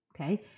Okay